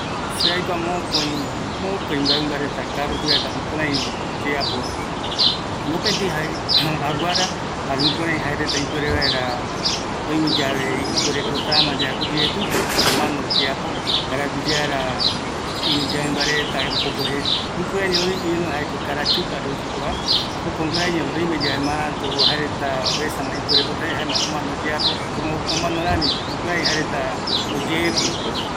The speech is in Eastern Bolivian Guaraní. Aikua mokoï mɨmba reta jukurai ojeepiva, aguara jukuraï oyeapo oesama ipuerepotamayave, jae omano oyeapo, ombotavɨ jovaiso reta, ïru jaeko carachupa, jukuraivi oyeepɨ